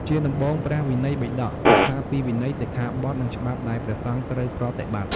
ជាដំបូង ព្រះវិន័យបិដក សិក្សាពីវិន័យ សិក្ខាបទ និងច្បាប់ដែលព្រះសង្ឃត្រូវប្រតិបត្តិ។